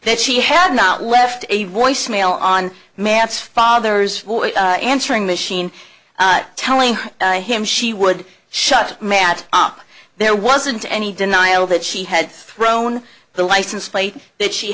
that she had not left a voicemail on manse father's answering machine telling him she would shut matt up there wasn't any denial that she had thrown the license plate that she